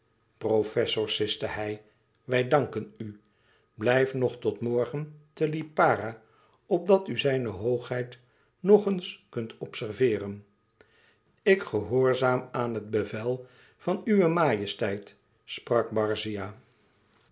professor siste hij wij danken u blijf nog tot morgen te lipara opdat u zijne hoogheid nog eens kunt observeeren ik gehoorzaam aan het bevel van uwe majesteit sprak barzia